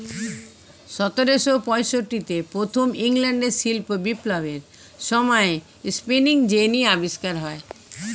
সতেরোশো পঁয়ষট্টিতে প্রথম ইংল্যান্ডের শিল্প বিপ্লবের সময়ে স্পিনিং জেনি আবিষ্কার হয়